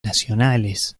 nacionales